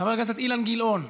חבר הכנסת אילן גילאון,